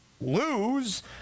lose